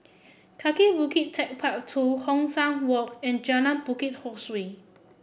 Kaki Bukit TechparK Two Hong San Walk and Jalan Bukit Ho Swee